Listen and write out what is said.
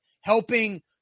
helping